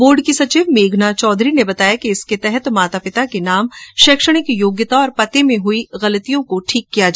board की सचिव मेघना चौधरी ने बताया कि इसके तहत माता पिता के नाम शैक्षणिक योग्यता और पते में हई गलतियों को ठीक किया जा सकेगा